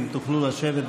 אם תוכלנה לשבת,